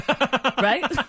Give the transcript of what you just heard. right